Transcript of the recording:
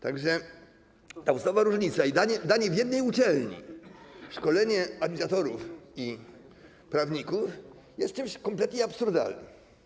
Tak że to podstawowa różnica i danie w jednej uczelni szkolenia administratorów i prawników jest czymś kompletnie absurdalnym.